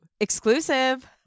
Exclusive